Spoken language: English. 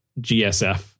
GSF